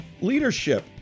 Leadership